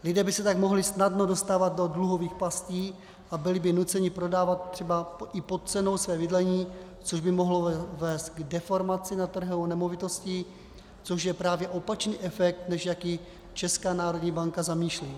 Lidé by se tak mohli snadno dostávat do dluhových pastí a byli by nuceni prodávat třeba i pod cenou své bydlení, což by mohlo vést k deformaci na trhu nemovitostí, což je právě opačný efekt, než jaký Česká národní banka zamýšlí.